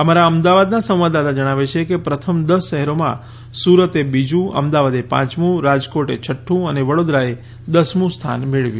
અમારા અમદાવાદનાં સંવાદદાતા જણાવે છે કે પ્રથમ દસ શહેરોમાં સુરતે બીજું અમદાવાદે પાંચમું રાજકોટ છઠ્ઠું અને વડોદરાએ દસમું સ્થાન મેળવ્યું છે